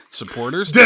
supporters